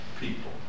people